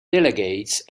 delegates